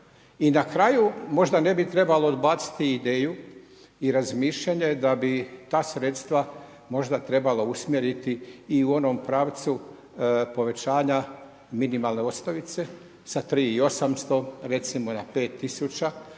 i na kraju možda ne bi trebalo odbaciti ideju i razmišljanje da bi ta sredstva možda trebalo usmjeriti i u onom pravcu povećanja minimalne osnovice sa 3800 recimo na 5000